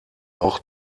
auch